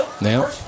now